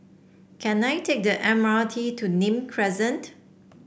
can I take the M R T to Nim Crescent